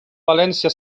valència